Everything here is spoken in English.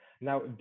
now